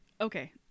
Okay